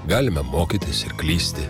galime mokytis ir klysti